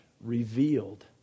revealed